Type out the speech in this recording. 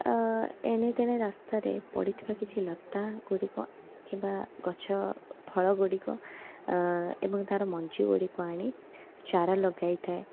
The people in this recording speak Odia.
ଅଁ ଏଣେତେଣେ ରାସ୍ତାରେ ପଡ଼ିଥିବା କିଛି ଲତାଗୁଡ଼ିକ କିମ୍ବା ଗଛ ଫଳଗୁଡ଼ିକ ଆଁ ଏବଂ ତାର ମଞ୍ଜିଗୁଡ଼ିକ ଆଣି ଚାରା ଲଗାଇ ଥାଏ